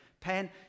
pen